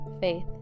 faith